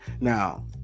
Now